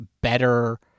better